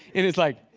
it's like,